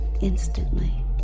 instantly